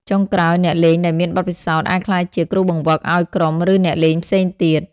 ចុងក្រោយ អ្នកលេងដែលមានបទពិសោធន៍អាចក្លាយជា គ្រូបង្វឹក ឱ្យក្រុម ឬអ្នកលេងផ្សេងទៀត។